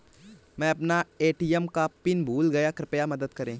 मै अपना ए.टी.एम का पिन भूल गया कृपया मदद करें